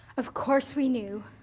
of course we knew,